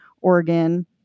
Oregon